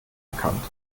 erkannt